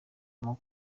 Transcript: kuvamo